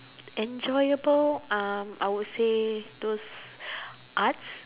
enjoyable um I would say those arts